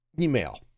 email